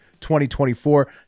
2024